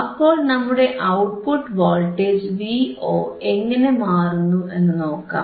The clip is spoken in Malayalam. അപ്പോൾ നമ്മുടെ ഔട്ട്പുട്ട് വോൾട്ടേജ് Vo എങ്ങനെ മാറുന്നു എന്നുനോക്കാം